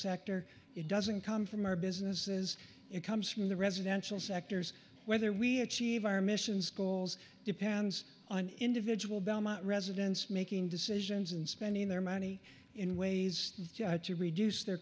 sector it doesn't come from our businesses it comes from the residential sectors whether we achieve our mission schools depends on individual belmont residents making decisions and spending their money in ways to reduce their